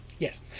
Yes